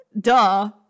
Duh